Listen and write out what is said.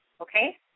okay